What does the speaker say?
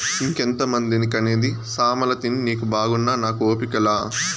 ఇంకెంతమందిని కనేది సామలతిని నీకు బాగున్నా నాకు ఓపిక లా